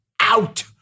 Out